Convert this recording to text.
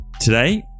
Today